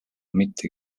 mitte